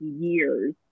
years